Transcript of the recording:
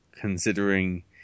considering